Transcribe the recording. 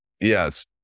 yes